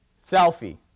Selfie